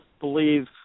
believe